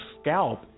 scalp